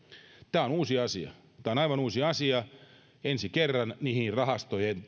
tämä on uusi asia tämä on aivan uusi asia ensi kerran rahastojen